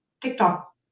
TikTok